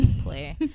play